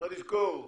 צריך לזכור,